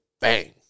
bang